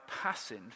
passing